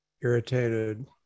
irritated